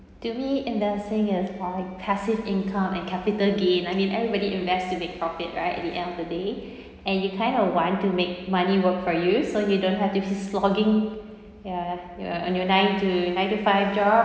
to me investing is for passive income and capital gain I mean everybody invest to make profit right at the end of the day and you kind of want to make money work for you so you don't have to be slogging ya ya on your nine to nine to five job